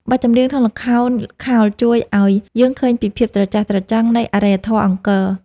បទចម្រៀងក្នុងល្ខោនខោលជួយឱ្យយើងឃើញពីភាពត្រចះត្រចង់នៃអរិយធម៌អង្គរ។